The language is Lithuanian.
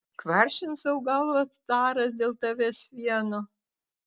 kvaršins sau galvą caras dėl tavęs vieno